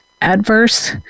adverse